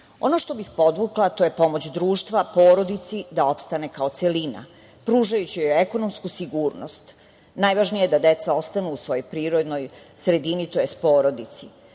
što bih podvukla to je pomoć društva porodici da opstane kao celina pružajući joj ekonomsku sigurnost. Najvažnije je da deca ostanu u svojoj prirodnoj sredini, tj. porodici.